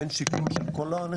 אין שקלול של כל הנכסים?